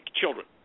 children